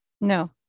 No